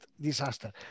Disaster